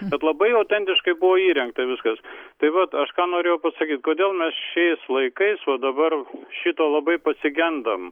bet labai autentiškai buvo įrengta viskas tai vat aš ką norėjau pasakyt kodėl mes šiais laikais va dabar šito labai pasigendam